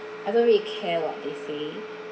I don't really care what they say